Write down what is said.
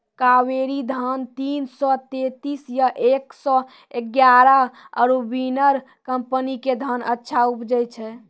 कावेरी धान तीन सौ तेंतीस या एक सौ एगारह आरु बिनर कम्पनी के धान अच्छा उपजै छै?